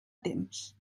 temps